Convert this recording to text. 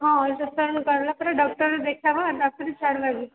ହଁ ଅଲ୍ଟ୍ରାସାଉଣ୍ଡ କାଢ଼ିଲା ପରେ ଡକ୍ଟର ଦେଖା ହେବ ତା ପରେ ଛାଡ଼ି ଦେବି